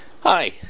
Hi